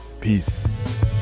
peace